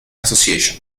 association